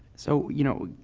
so, you know,